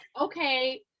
okay